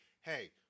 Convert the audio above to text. hey